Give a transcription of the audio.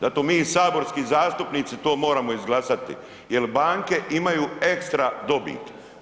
Zato mi saborski zastupnici to moramo izglasati jel banke imaju ekstra dobit.